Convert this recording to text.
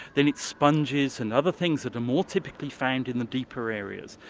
then it's sponges and other things that are more typically found in the deeper areas.